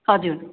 हजुर